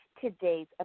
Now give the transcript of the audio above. today's